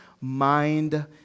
mind